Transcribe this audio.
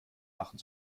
lachen